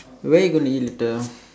where are you going to eat later